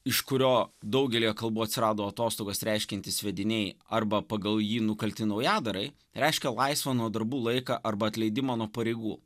iš kurio daugelyje kalbų atsirado atostogos reiškiantis sviediniai arba pagal jį nukalti naujadarai reiškia laisvą nuo darbų laiką arba atleidimą nuo pareigų